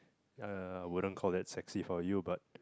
uh wouldn't call it sexy for you but